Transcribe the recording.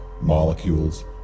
molecules